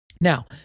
Now